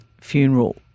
funeral